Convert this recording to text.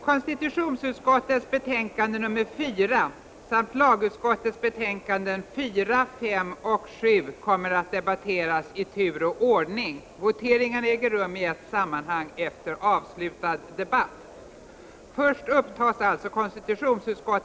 Konstitutionsutskottets betänkande 4 samt lagutskottets betänkanden 4, 5 och 7 kommer att debatteras i tur och ordning. Voteringarna äger rum i ett sammanhang efter avslutad debatt.